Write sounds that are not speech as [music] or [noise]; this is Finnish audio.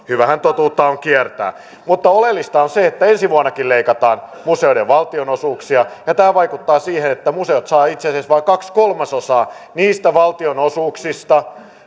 [unintelligible] hyvähän totuutta on kiertää oleellista on se että ensi vuonnakin leikataan museoiden valtionosuuksia ja tämä vaikuttaa siihen että museot saavat itse asiassa vain kaksi kolmasosaa niistä valtionosuuksista